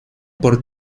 por